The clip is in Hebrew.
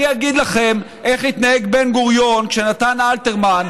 אני אגיד לכם איך התנהג בן-גוריון כשנתן אלתרמן,